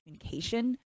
communication